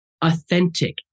authentic